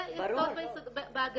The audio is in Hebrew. זה יסוד בהגנה.